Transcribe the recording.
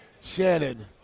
Shannon